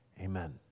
amen